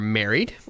married